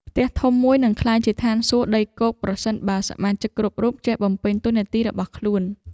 ផ្ទះធំមួយនឹងក្លាយជាឋានសួគ៌ដីគោកប្រសិនបើសមាជិកគ្រប់រូបចេះបំពេញតួនាទីរបស់ខ្លួន។